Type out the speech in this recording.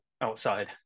outside